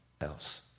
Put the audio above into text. else